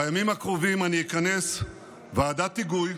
בימים הקרובים אני אכנס ועדת היגוי